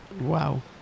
Wow